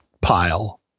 pile